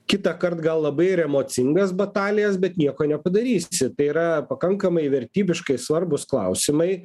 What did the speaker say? kitąkart gal labai ir emocingas batalijas bet nieko nepadarysi tai yra pakankamai vertybiškai svarbūs klausimai